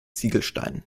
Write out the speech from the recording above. ziegelsteinen